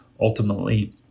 ultimately